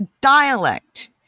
dialect